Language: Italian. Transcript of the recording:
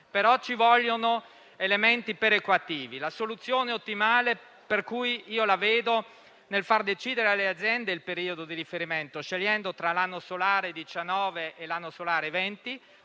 ci vogliono elementi perequativi. Ritengo che la soluzione ottimale sia far decidere alle aziende il periodo di riferimento, scegliendo tra l'anno solare 2019 e l'anno solare 2020